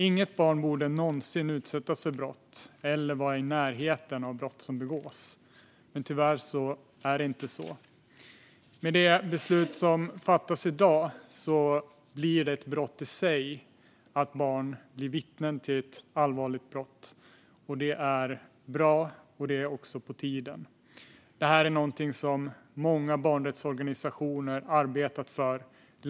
Inget barn borde någonsin utsättas för brott eller vara i närheten av brott som begås, men tyvärr är det inte så. Med det beslut som fattas i dag blir det ett brott i sig att barn blir vittnen till ett allvarligt brott. Det är bra, och det är på tiden. Det här har många barnrättsorganisationer länge arbetat för.